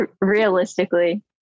Realistically